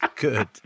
good